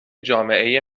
جامعه